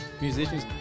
musicians